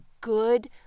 good